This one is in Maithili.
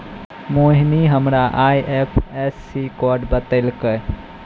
मोहिनी हमरा आई.एफ.एस.सी कोड बतैलकै